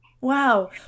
Wow